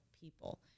people